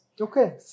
Okay